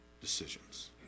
decisions